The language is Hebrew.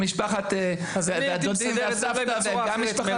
משפחת הדודים והסבתא גם משפחה?